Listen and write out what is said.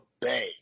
Bay